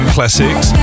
Classics